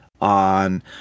on